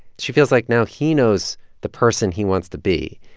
she feels like now he knows the person he wants to be,